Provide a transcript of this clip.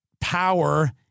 power